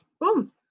Boom